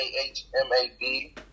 A-H-M-A-D